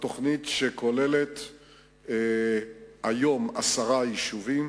תוכנית שכוללת היום עשרה יישובים